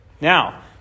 Now